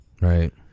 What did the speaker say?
Right